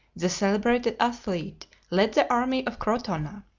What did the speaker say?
the celebrated athlete, led the army of crotona.